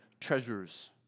treasures